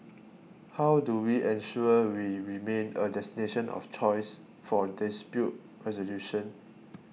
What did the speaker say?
how do we ensure we remain a destination of choice for dispute resolution